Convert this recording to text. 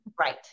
Right